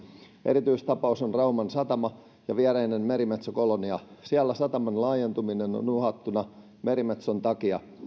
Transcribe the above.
erityistapaus on rauman satama ja viereinen merimetsokolonia siellä sataman laajentuminen on uhattuna merimetson takia